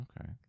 Okay